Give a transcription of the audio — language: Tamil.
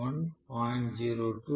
01 0